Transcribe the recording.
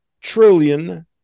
trillion